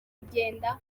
ugenda